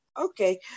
Okay